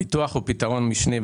הביטוח הוא פתרון משני.